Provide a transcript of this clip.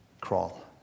crawl